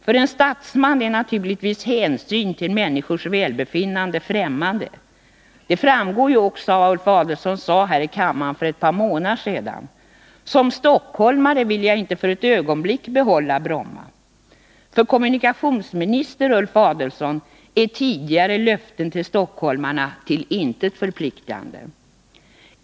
För en statsman är naturligtvis hänsyn till människors välbefinnande främmande. Det framgår ju också av vad Ulf Adelsohn sade häri kammaren för ett par månader sedan: Som stockholmare vill jag inte för ett ögonblick behålla Bromma. För kommunikationsminister Ulf Adelsohn är tidigare löften till stockholmarna till intet förpliktigande.